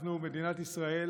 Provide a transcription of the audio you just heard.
אנחנו, מדינת ישראל,